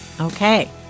Okay